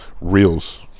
Reels